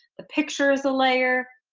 the picture is a layer.